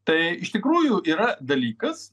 tai iš tikrųjų yra dalykas